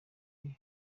avuga